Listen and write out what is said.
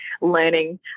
learning